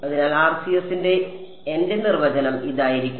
അതിനാൽ RCS ന്റെ എന്റെ നിർവ്വചനം ഇതായിരിക്കും